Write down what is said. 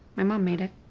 my mom made it.